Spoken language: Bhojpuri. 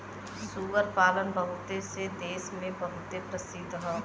सूअर पालन बहुत से देस मे बहुते प्रसिद्ध हौ